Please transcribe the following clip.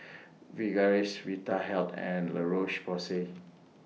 Sigvaris Vitahealth and La Roche Porsay